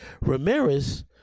Ramirez